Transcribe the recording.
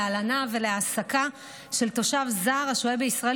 להלנה ולהעסקה של תושב זר השוהה בישראל